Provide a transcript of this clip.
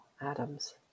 Adams